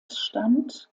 stand